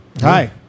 Hi